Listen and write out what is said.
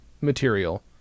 material